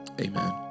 amen